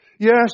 Yes